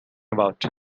about